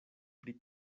pri